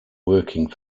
working